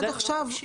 עד עכשיו?